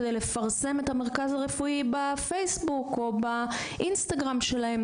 לפרסם את המרכז הרפואי בפייסבוק או באינסטגרם שלהם,